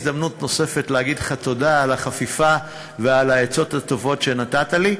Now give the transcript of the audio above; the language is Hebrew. הזדמנות נוספת להגיד לך תודה על החפיפה ועל העצות הטובות שנתת לי.